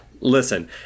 listen